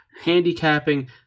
handicapping